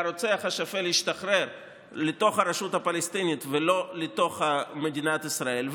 והרוצח השפל ישתחרר לתוך הרשות הפלסטינית ולא לתוך מדינת ישראל,